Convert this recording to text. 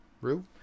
Rue